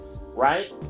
right